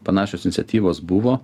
panašios iniciatyvos buvo